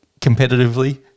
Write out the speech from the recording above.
competitively